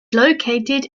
located